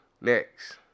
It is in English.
Next